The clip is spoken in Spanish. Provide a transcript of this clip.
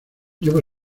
llevo